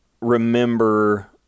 remember